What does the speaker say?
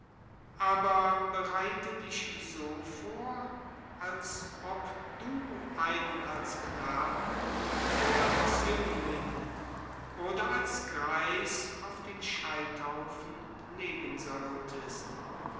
aber bereite dich so vor als ob du einen als knaben oder als jüngling oder als greis auf den scheiterhaufen legen solltest